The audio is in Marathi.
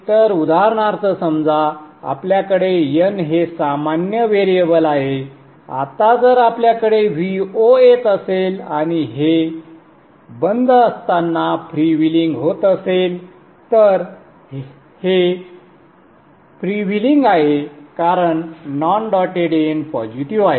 तर उदाहरणार्थ समजा आपल्याकडे N हे सामान्य व्हेरिएबल आहे आता जर आपल्याकडे Vo येत असेल आणि हे बंद असताना फ्रीव्हीलिंग होत असेल तर हे फ्रीव्हीलिंग आहे कारण नॉन डॉटेड एंड पॉझिटिव्ह आहे